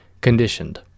conditioned